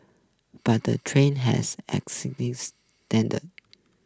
but the train has standards